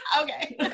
okay